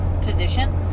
position